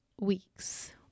weeks